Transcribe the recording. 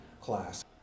class